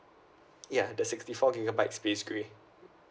ya the sixty four gigabyte space grey